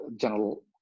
general